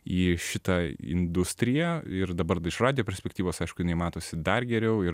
į šitą industriją ir dabar iš radijo perspektyvos aišku jinai matosi dar geriau ir